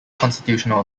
constitutional